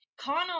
Connell